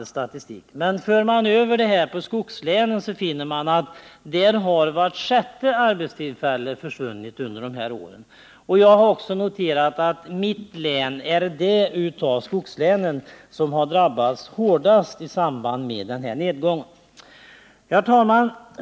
Ser man till skogslänen finner man att där har vart sjätte arbetstillfälle försvunnit under de här åren. Jag har också noterat att mitt län är det av skogslänen som har drabbats hårdast i samband med nedgången. Herr talman!